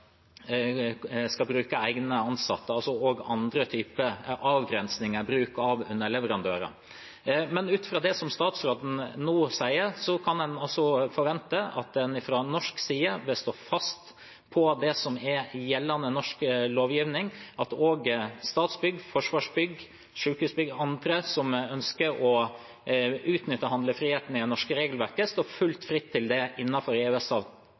skal bruke egne ansatte – altså også andre typer avgrensninger i bruk av underleverandører. Men ut fra det statsråden nå sier, kan en altså forvente at en fra norsk side bør stå fast på det som er gjeldende norsk lovgivning, og at også Statsbygg, Forsvarsbygg, Sykehusbygg og andre som ønsker å utnytte handlefriheten i det norske regelverket, står helt fritt til det